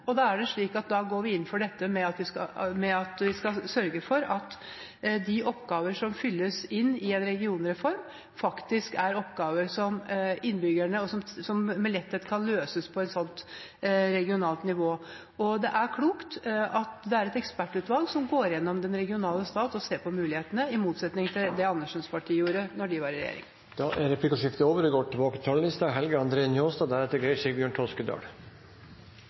og da er det slik at vi går inn for at vi skal sørge for at de oppgaver som fylles inn i en regionreform, faktisk er oppgaver som med letthet kan løses på regionalt nivå. Det er klokt at det er et ekspertutvalg som går gjennom den regionale stat og ser på mulighetene, i motsetning til det Andersens parti gikk inn for da de var i regjering. Dermed er replikkordskiftet over. Takk til saksordførar André N. Skjelstad for å leggja fram saka på ein ryddig måte. Eg vil òg nytta anledninga til å gratulera saksordførar og kollega Geir Sigbjørn Toskedal